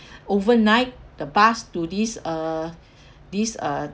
overnight the bus to this uh this uh